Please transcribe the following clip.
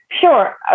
sure